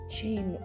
chain